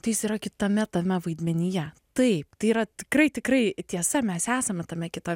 tai jis yra kitame tame vaidmenyje taip tai yra tikrai tikrai tiesa mes esame tame kita